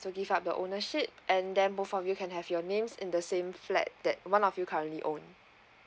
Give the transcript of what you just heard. to give up the ownership and then both of you can have your names in the same flat that one of you currently own